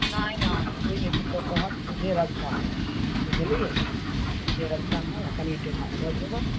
नहि नहि कोइ नहि किछो कहत सीधे रस्ता हय बुझलियै सीधे रस्ता हय आ कनिये टेढा भऽ जेबै